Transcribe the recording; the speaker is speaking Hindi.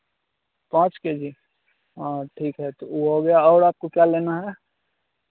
पाँच के जी हाँ ठीक है तो वह हो गया और आपको क्या लेना है